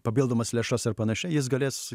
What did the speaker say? papildomas lėšas ar panašiai jis galės